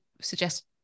suggest